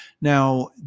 Now